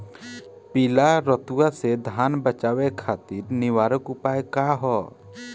पीला रतुआ से धान बचावे खातिर निवारक उपाय का ह?